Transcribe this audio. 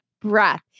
breath